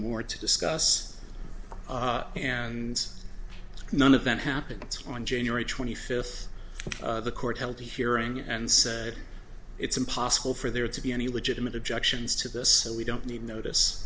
more to discuss and none of that happened on january twenty fifth the court held a hearing and said it's impossible for there to be any legitimate objections to this so we don't need notice